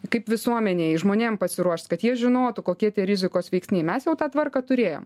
kaip visuomenei žmonėm pasiruošt kad jie žinotų kokie tie rizikos veiksniai mes jau tą tvarką turėjom